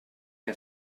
que